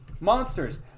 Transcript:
Monsters